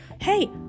hey